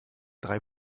drei